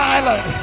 Island